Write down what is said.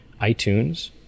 iTunes